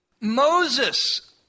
Moses